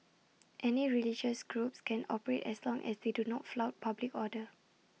any religious groups can operate as long as they do not flout public order